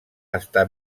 està